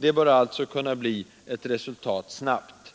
Det bör alltså kunna bli ett resultat snabbt.